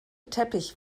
teppich